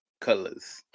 Colors